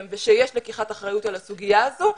ושיש לקיחת אחריות על הסוגיה הזאת,